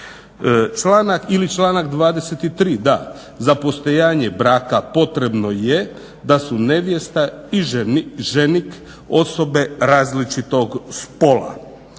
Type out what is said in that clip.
Članak 23., za postojanje braka potrebno je da su nevjesta i ženik osobe različitog spola.